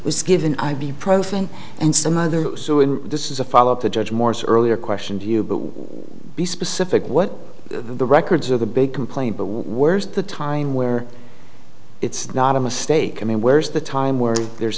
was given ibuprofen and some other this is a follow up to judge moore's earlier question to you but be specific what the records are the big complaint but worth the time where it's not a mistake i mean where's the time where there's